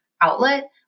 outlet